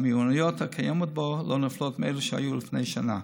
והמיומנויות הקיימות בה לא נופלות מאלה שהיו לפני שנה.